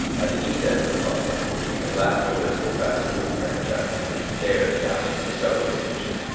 at the east end of the plaza between the glass windows of the fast-food franchise and stairs down into the subway station,